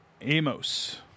Amos